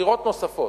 דירות נוספות.